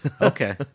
Okay